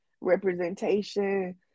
representation